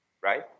right